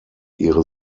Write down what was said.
ihre